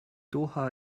doha